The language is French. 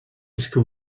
puisque